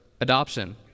Adoption